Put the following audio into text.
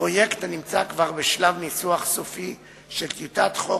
פרויקט שנמצא כבר בשלב ניסוח סופי של טיוטת חוק,